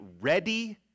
ready